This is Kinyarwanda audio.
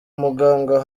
muganga